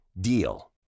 DEAL